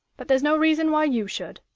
but there's no reason why you should.